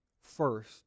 first